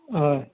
हय